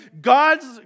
God's